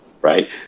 right